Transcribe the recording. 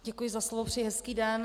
Děkuji za slovo, přeji hezký den.